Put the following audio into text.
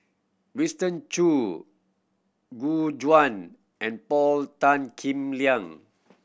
Winston Choo Gu Juan and Paul Tan Kim Liang